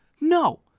No